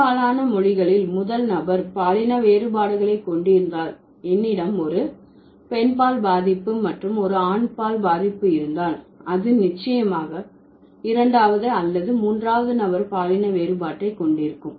பெரும்பாலான மொழிகளில் முதல் நபர் பாலின வேறுபாடுகளை கொண்டிருந்தால் என்னிடம் ஒரு பெண்பால் பதிப்பு மற்றும் ஒரு ஆண்பால் பதிப்பு இருந்தால் அது நிச்சயமாக இரண்டாவது அல்லது மூன்றாவது நபர் பாலின வேறுபாட்டை கொண்டிருக்கும்